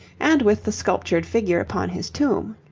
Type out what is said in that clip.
and with the sculptured figure upon his tomb.